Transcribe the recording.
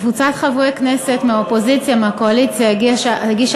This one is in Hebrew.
קבוצת חברי כנסת מהאופוזיציה ומהקואליציה הגישה